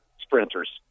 sprinters